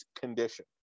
condition